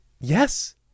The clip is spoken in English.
yes